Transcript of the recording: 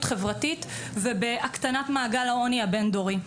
חברתית ולהקטנת מעגל העוני הבין דורי.